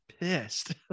pissed